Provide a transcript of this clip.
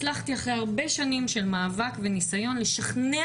הצלחתי אחרי שנים של מאבק וניסיון לשכנע